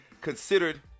considered